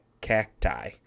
Cacti